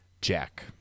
Jack